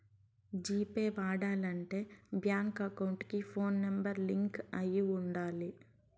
G pay వాడాలంటే bank account కి phone number link అయి ఉండాలి